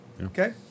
Okay